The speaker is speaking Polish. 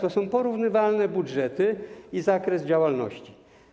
To są porównywalne budżety i zakres działalności.